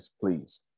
please